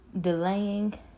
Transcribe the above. delaying